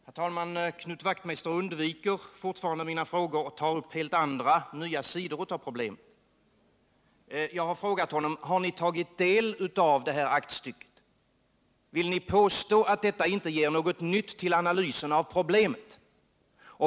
Herr talman! Knut Wachtmeister undviker fortfarande mina frågor och tar upp helt andra och nya sidor av problemet. Jag har frågat honom: Har ni tagit del av detta aktstycke? Vill ni påstå att detta inte ger något nytt till analysen av problemet?